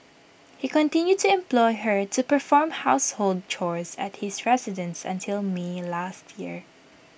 he continued to employ her to perform household chores at his residence until may last year